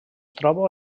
troba